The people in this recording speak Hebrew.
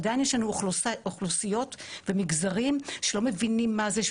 עיין יש לנו אוכלוסיות ומגזרים שלא מבינים מה זה,